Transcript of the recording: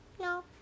No